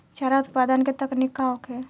चारा उत्पादन के तकनीक का होखे?